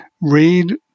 Read